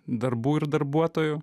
darbų ir darbuotojų